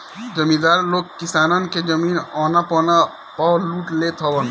जमीदार लोग किसानन के जमीन औना पौना पअ लूट लेत हवन